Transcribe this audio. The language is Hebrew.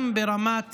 גם ברמת